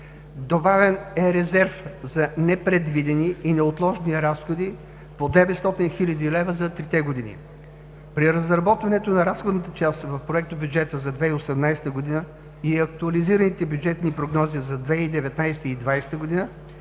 Добавен е резерв за непредвидени и неотложни разходи по 900 хил. лв. за трите години. При разработването на разходната част в Проектобюджета за 2018 г. и актуализираните бюджетни прогнози за 2019 и 2020 г.